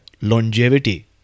longevity